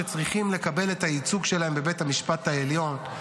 שצריכים לקבל את הייצוג שלהם בבית המשפט העליון?